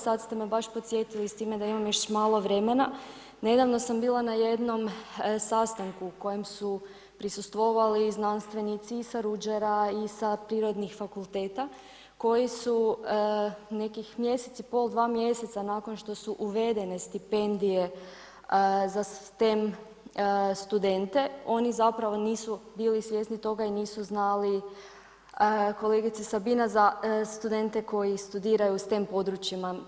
ste me baš podsjetili s time da imam još malo vremena, nedavno sam bila na jednom sastanku na kojem su prisustvovali znanstvenici i sa Ruđera i sa prirodnih fakulteta, koji su nekih mjesec i pol, dva mjeseca nakon što su uvedene stipendije za STEM studente, oni zapravo nisu bili svjesni toga i nisu znali, kolegice Sabina za studente koji studiraju u STEM područjima.